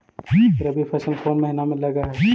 रबी फसल कोन महिना में लग है?